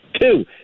Two